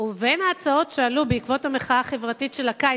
ובין ההצעות שעלו בעקבות המחאה החברתית של הקיץ,